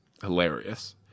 hilarious